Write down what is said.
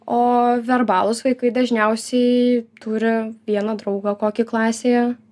o verbalūs vaikai dažniausiai turi vieną draugą kokį klasėje